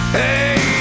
hey